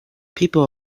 people